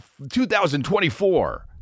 2024